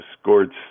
scored